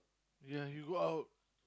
yeah you go out